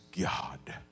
God